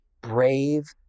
brave